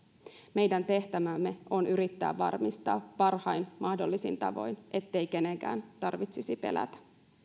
meidän tehtävämme on yrittää varmistaa parhain mahdollisin tavoin se ettei kenenkään tarvitsisi pelätä